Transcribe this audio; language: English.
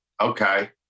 Okay